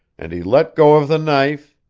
and he let go of the knife,